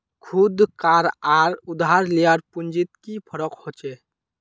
खुद कार आर उधार लियार पुंजित की फरक होचे?